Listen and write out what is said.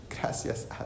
Gracias